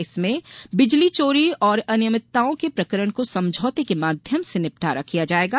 इसमें बिजली चोरी और अनियमितताओं के प्रकरण को समझौते के माध्यम से निपटारा किया जाएगा